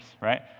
right